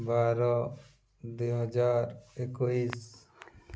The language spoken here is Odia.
ବାର ଦୁଇ ହଜାର ଏକୋଇଶି